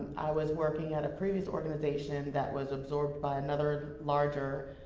was working at a previous organization that was absorbed by another, larger